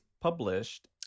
published